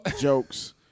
Jokes